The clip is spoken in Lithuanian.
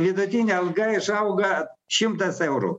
vidutinė alga išauga šimtas eurų